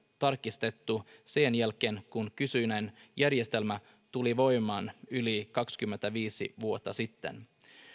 tarkistettu sen jälkeen kun kyseinen järjestelmä tuli voimaan yli kaksikymmentäviisi vuotta sitten